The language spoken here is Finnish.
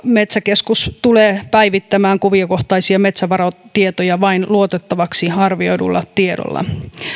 metsäkeskus tulee päivittämään kuviokohtaisia metsävaratietoja vain luotettavaksi arvioidulla tiedolla